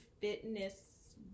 fitness